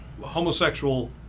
homosexual